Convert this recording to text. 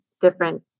different